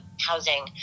housing